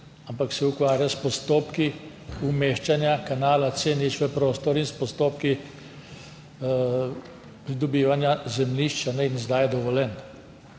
ampak se ukvarja s postopki umeščanja kanala C0 v prostor in s postopki pridobivanja zemljišč ter izdaje dovoljenj.